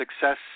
Success